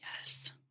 yes